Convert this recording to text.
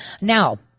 now